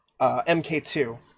MK2